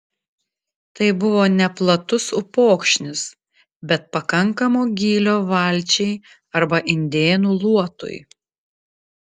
tai buvo neplatus upokšnis bet pakankamo gylio valčiai arba indėnų luotui